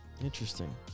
Interesting